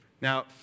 Now